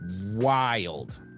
wild